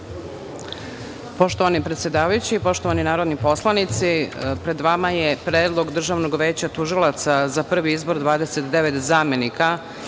Hvala. Poštovani predsedavajući, poštovani narodni poslanici, pred vama je Predlog Državnog veća tužilaca za prvi izbor 29 zamenika